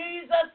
Jesus